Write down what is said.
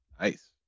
Nice